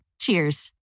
Cheers